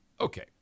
Okay